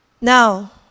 Now